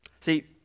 See